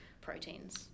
proteins